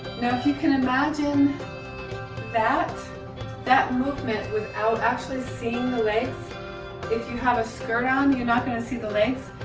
now if you can imagine that that movement without actually seeing the legs if you have a skirt on you're not gonna see the legs.